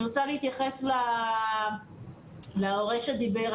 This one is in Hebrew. אני רוצה להתייחס להורה שדיבר.